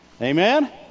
Amen